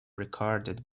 recorded